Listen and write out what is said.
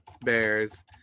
bears